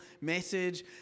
message